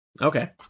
Okay